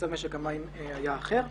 מצב משק המים היה אחר.